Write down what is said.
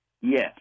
Yes